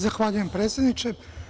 Zahvaljujem, predsedniče.